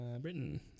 Britain